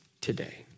today